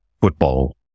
football